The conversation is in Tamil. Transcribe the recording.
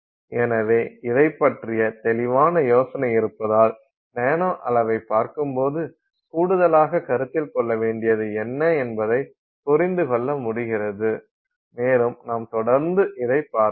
எனவே இதைப் பற்றிய தெளிவான யோசனை இருப்பதால் நானோ அளவைப் பார்க்கும்போது கூடுதலாகக் கருத்தில் கொள்ள வேண்டியது என்ன என்பதைப் புரிந்துகொள்ள முடிகிறது மேலும் நாம் தொடர்ந்து இதைப் பார்ப்போம்